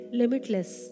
limitless